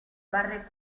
barre